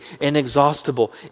inexhaustible